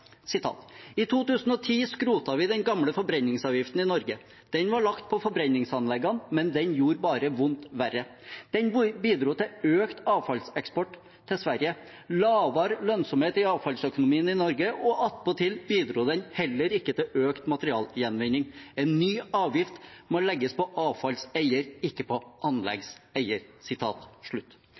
2010 skrotet vi den gamle forbrenningsavgiften i Norge. Den var lagt på forbrenningsanleggene, men den gjorde bare vondt verre. Den bidro til økt avfallseksport til Sverige, lavere lønnsomhet i avfallsøkonomien i Norge – og attpåtil bidro den heller ikke til økt materialgjenvinning. En ny avgift må legges på avfallseier – ikke på anleggseier.»